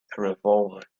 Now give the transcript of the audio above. revolver